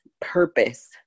Purpose